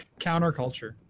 Counterculture